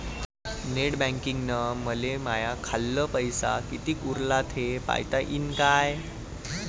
Net बँकिंगनं मले माह्या खाल्ल पैसा कितीक उरला थे पायता यीन काय?